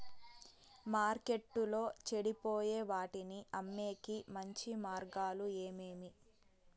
మార్కెట్టులో చెడిపోయే వాటిని అమ్మేకి మంచి మార్గాలు ఏమేమి